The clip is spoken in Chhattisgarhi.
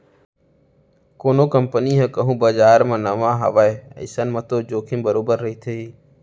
कोनो कंपनी ह कहूँ बजार म नवा हावय अइसन म तो जोखिम बरोबर रहिथे ही